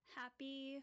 happy